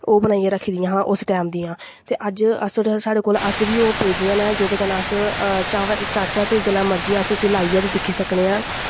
ओह् बनाइयै रक्खी दियां हां उस टैम दियां ते अज्ज बी साढ़ै कोल ओह् पेदियां न जेह्दै कन्नै अस चाह्चै ते जिसलै मर्जी अस उस्सी लाियै ते दिक्खी सकने आं